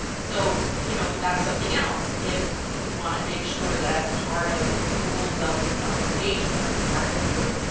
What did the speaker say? so you know that's something else. if you want to make sure that as part of your rules of of engagement or part of your